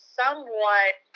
somewhat